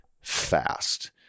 fast